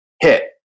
hit